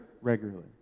regularly